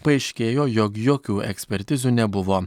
paaiškėjo jog jokių ekspertizių nebuvo